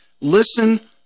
listen